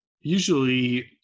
usually